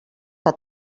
que